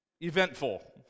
eventful